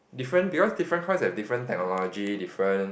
different because different coins have different technology different